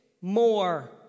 more